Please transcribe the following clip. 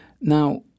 Now